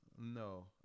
No